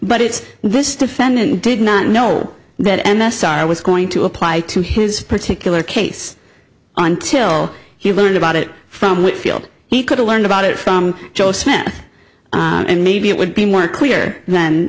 but it's this defendant did not know that m s r was going to apply to his particular case until he learned about it from whitfield he could've learned about it from joe smith and maybe it would be more clear then